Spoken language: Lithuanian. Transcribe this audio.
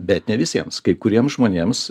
bet ne visiems kai kuriems žmonėms